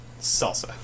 salsa